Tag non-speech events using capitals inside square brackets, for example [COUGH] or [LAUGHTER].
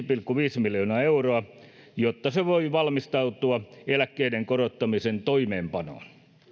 [UNINTELLIGIBLE] pilkku viittä miljoonaa euroa jotta se voi valmistautua eläkkeiden korottamisen toimeenpanoon